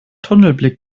tunnelblick